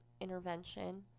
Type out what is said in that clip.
intervention